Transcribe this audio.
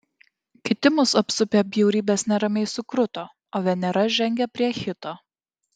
kiti mus apsupę bjaurybės neramiai sukruto o venera žengė prie hito